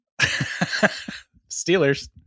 Steelers